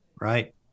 right